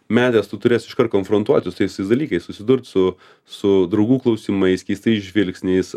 metęs tu turės iškart konfrontuoti su tais dalykais susidurt su su draugų klausimais keistais žvilgsniais